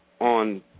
on